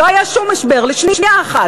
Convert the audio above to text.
לא היה שום משבר, לשנייה אחת.